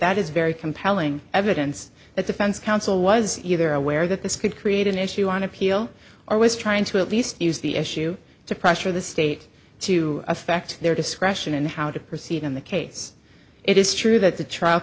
that is very compelling evidence that defense counsel was either aware that this could create an issue on appeal or was trying to at least use the issue to pressure the state to affect their discretion in how to proceed on the case it is true that